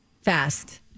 Fast